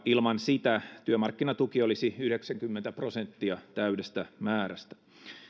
ilman sitä työmarkkinatuki olisi yhdeksänkymmentä prosenttia täydestä määrästä